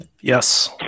Yes